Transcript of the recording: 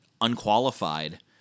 unqualified